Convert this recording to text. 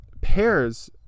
pairs